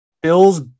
Bills